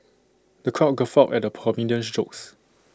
the crowd guffawed at the comedian's jokes